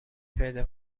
پیدا